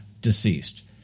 deceased